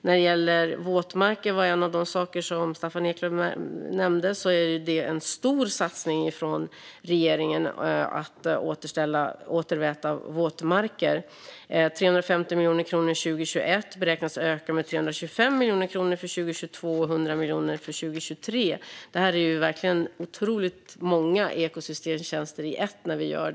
När det gäller våtmarker - det var en av de saker som Staffan Eklöf nämnde - är det en stor satsning från regeringen på att återväta våtmarker. Det är 350 miljoner kronor 2021. Det beräknas öka med 325 miljoner kronor för 2022 och med 100 miljoner för 2023. Det är verkligen otroligt många ekosystemtjänster i en när vi gör detta.